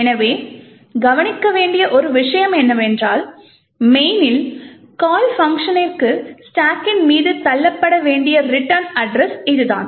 எனவே கவனிக்க வேண்டிய ஒரு விஷயம் என்னவென்றால் main னில் கால் பங்க்ஷனிற்கு ஸ்டாக்கின் மீது தள்ளப்பட வேண்டிய ரிட்டர்ன் அட்ரஸ் இதுதான்